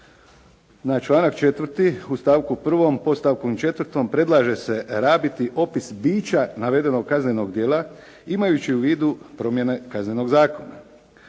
Na članak 4. u stavku 1. podstavku 4. predlaže se rabiti opis bića navedenog kaznenog djela imajući u vidu promjene Kaznenog zakona.